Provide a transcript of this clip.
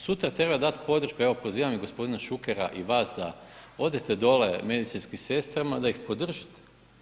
Sutra treba dati podršku, evo pozivam i gospodina Šukera i vas da odete dole medicinskim sestrama da ih podržite.